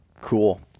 Cool